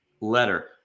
letter